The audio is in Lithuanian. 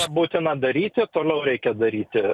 būtina daryti toliau reikia daryti